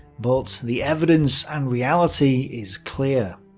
but the evidence and reality is clear.